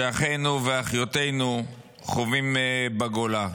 שאחינו ואחיותינו חווים בגולה.